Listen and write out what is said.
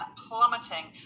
plummeting